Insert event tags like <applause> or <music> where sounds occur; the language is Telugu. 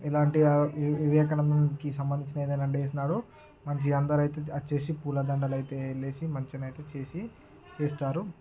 ఇలాంటివి వివేకానందకి సంబంధించిన <unintelligible> మంచిగా అందరూ అయితే అచ్చేసి పూలదండలు అయితే వేసి మంచిగానైతే చేసి చేస్తారు